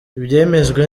ibyemejwe